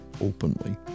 openly